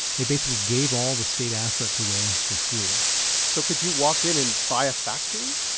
they basically gave all the state assets away for free so could you walk in and buy a factory?